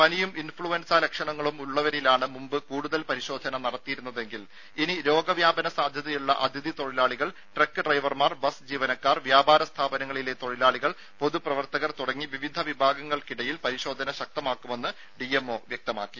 പനിയും ഇൻഫ്ളുവൻസാ ലക്ഷണങ്ങളും ഉള്ളവരിലാണ് മുമ്പ് കൂടുതൽ പരിശോധന നടത്തിയിരുന്നതെങ്കിൽ ഇനി രോഗവ്യാപന സാധ്യതയുള്ള അതിഥി തൊഴിലാളികൾ ട്രക്ക് ഡ്രൈവർമാർ ബസ് ജീവനക്കാർ വ്യാപാര സ്ഥാപനങ്ങളിലെ തൊഴിലാളികൾ പൊതുപ്രവർത്തകർ തുടങ്ങി വിവിധ വിഭാഗങ്ങൾക്കിടയിൽ പരിശോധന ശക്തമാക്കുമെന്ന് ഡിഎംഒ വ്യക്തമാക്കി